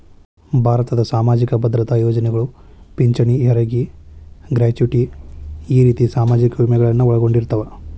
ಭಾರತದ್ ಸಾಮಾಜಿಕ ಭದ್ರತಾ ಯೋಜನೆಗಳು ಪಿಂಚಣಿ ಹೆರಗಿ ಗ್ರಾಚುಟಿ ಈ ರೇತಿ ಸಾಮಾಜಿಕ ವಿಮೆಗಳನ್ನು ಒಳಗೊಂಡಿರ್ತವ